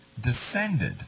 descended